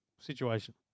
situation